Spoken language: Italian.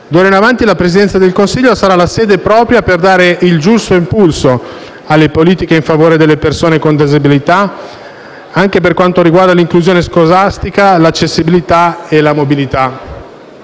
Da ora in avanti la Presidenza del Consiglio sarà la sede propria per dare il giusto impulso alle politiche in favore delle persone con disabilità, anche per quanto riguarda l'inclusione scolastica, l'accessibilità e la mobilità.